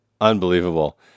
Unbelievable